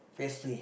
p_s_p